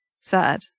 Sad